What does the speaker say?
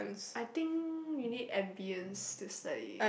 I think we need ambience to study